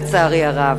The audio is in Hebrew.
לצערי הרב,